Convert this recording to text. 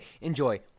enjoy